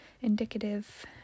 indicative